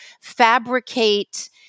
fabricate